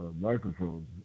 microphones